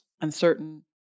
Uncertain